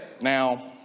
Now